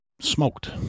smoked